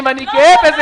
ולכן ביקשנו בגלל זה